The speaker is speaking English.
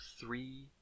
three